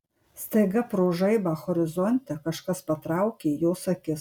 staiga pro žaibą horizonte kažkas patraukė jos akis